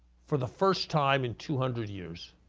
for the first time in two hundred years,